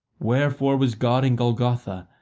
wherefore was god in golgotha,